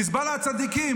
חיזבאללה צדיקים.